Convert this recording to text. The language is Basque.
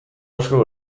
asko